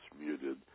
muted